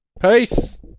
Peace